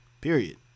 Period